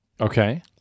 Okay